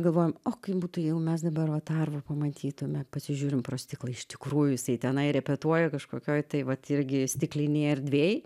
galvojam o kaip būtų jeigu mes dabar vat arvą pamatytume pasižiūrim pro stiklą iš tikrųjų jisai tenai repetuoja kažkokioj tai vat irgi stiklinėj erdvėj